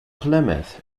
plymouth